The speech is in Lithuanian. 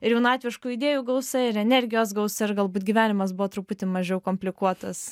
ir jaunatviškų idėjų gausa ir energijos gausa ir galbūt gyvenimas buvo truputį mažiau komplikuotas